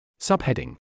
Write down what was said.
Subheading